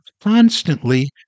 constantly